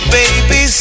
baby